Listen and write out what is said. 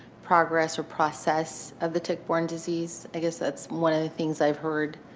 progress or process of the tick-borne disease? i guess that's one of the things i've heard